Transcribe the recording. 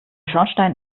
schornstein